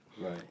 Right